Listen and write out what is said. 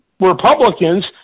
Republicans